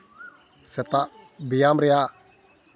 ᱥᱮᱛᱟᱜ ᱵᱮᱭᱟᱢ ᱨᱮᱭᱟᱜ